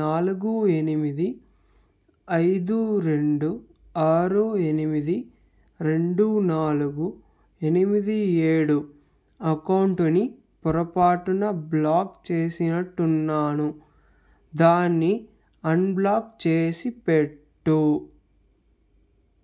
నాలుగు ఎనిమిది ఐదు రెండు ఆరు ఎనిమిది రెండు నాలుగు ఎనిమిది ఏడు అకౌంటుని పొరపాటున బ్లాక్ చేసినట్టున్నాను దాన్ని అన్బ్లాక్ చేసిపెట్టు